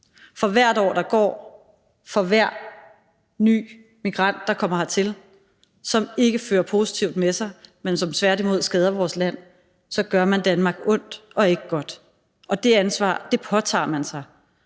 For hvert år, der går, for hver ny migrant, der kommer hertil, som ikke fører noget positivt med sig, men som tværtimod skader vores land, gør man Danmark ondt og ikke godt, og det ansvar påtager man sig,